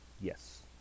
yes